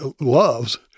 loves